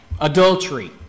adultery